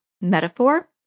metaphor